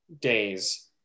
days